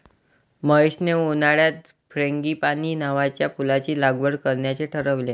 महेशने उन्हाळ्यात फ्रँगीपानी नावाच्या फुलाची लागवड करण्याचे ठरवले